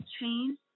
Change